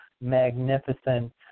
magnificent